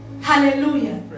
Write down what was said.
Hallelujah